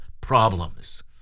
problems